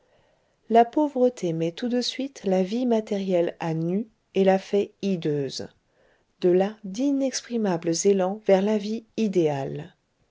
la pauvreté met tout de suite la vie matérielle à nu et la fait hideuse de là d'inexprimables élans vers la vie idéale